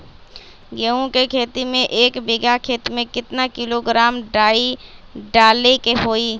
गेहूं के खेती में एक बीघा खेत में केतना किलोग्राम डाई डाले के होई?